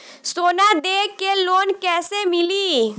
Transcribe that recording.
सोना दे के लोन कैसे मिली?